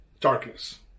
darkness